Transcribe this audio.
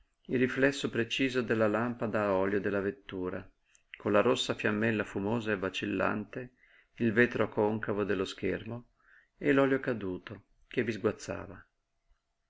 il riflesso preciso della lampada a olio della vettura con la rossa fiammella fumosa e vacillante il vetro concavo dello schermo e l'olio caduto che vi sguazzava